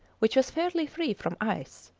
which was fairly free from ice,